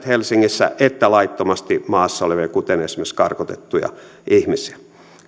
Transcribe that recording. helsingissä että laittomasti maassa olevia kuten esimerkiksi karkotettuja ihmisiä